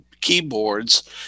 keyboards